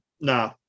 no